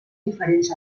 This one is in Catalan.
diferents